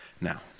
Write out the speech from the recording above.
now